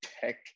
tech